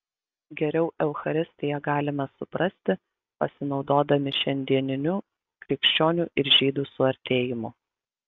geriau eucharistiją galime suprasti pasinaudodami šiandieniniu krikščionių ir žydų suartėjimu